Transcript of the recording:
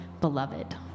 beloved